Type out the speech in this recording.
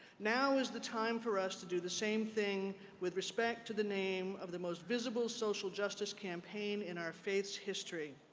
now is the time for us to do the same thing with respect to the name of the most visible social justice campaign in our denomination's history.